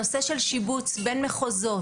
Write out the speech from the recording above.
הנושא של שיבוץ בין מחוזות,